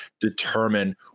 determine